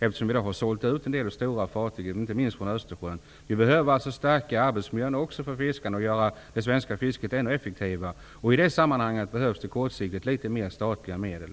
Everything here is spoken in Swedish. Vi har ju i dag sålt ut en del stora fartyg, inte minst från Vi behöver också förbättra arbetsmiljön för fiskarna och göra det svenska fisket ännu effektivare. I det sammanhanget, jordbruksministern, behövs det kortsiktigt litet mer statliga medel.